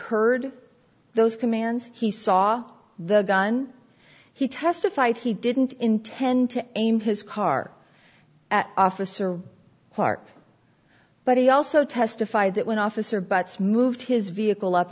heard those commands he saw the gun he testified he didn't intend to aim his car at officer park but he also testified that when officer butts moved his vehicle up